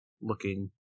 looking